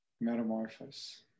metamorphosis